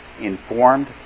informed